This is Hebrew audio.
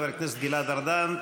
חבר הכנסת גלעד ארדן,